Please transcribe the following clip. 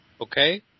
okay